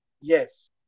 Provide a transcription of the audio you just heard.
Yes